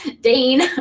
Dane